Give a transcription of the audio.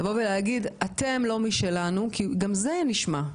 לבוא ולהגיד שאתם לא משלנו, גם זה נשמע.